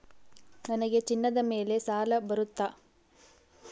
ನನಗೆ ಚಿನ್ನದ ಮೇಲೆ ಸಾಲ ಬರುತ್ತಾ?